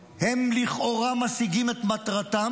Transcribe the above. הם לכאורה משיגים את מטרתם.